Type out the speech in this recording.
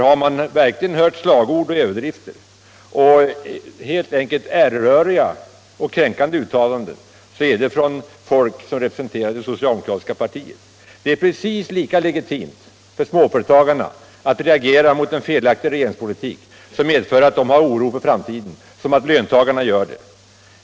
Har man verkligen hört slagord och överdrifter, äreröriga och kränkande uttalanden gentemot småföretagarna så är det från folk som representerar det socialdemokratiska partiet. Det är precis lika legitimt för småföretagarna att reagera mot en felaktig regeringspolitik som medför att de har oro för framtiden som för löntagarna att göra det.